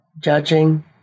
judging